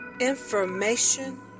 Information